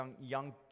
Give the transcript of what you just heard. young